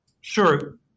Sure